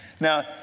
Now